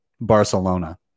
Barcelona